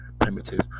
primitive